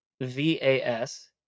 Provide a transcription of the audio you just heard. V-A-S